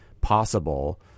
possible